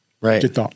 Right